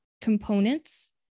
components